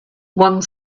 one